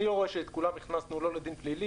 אני לא ראה שאת כולן הכנסנו לא לדין פלילי,